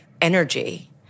energy